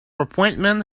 appointment